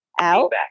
out